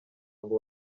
ngo